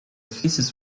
thesis